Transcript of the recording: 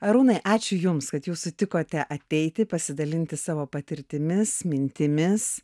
arūnai ačiū jums kad jūs sutikote ateiti pasidalinti savo patirtimis mintimis